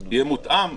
יהיה מותאם.